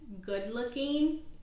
good-looking